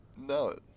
No